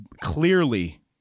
clearly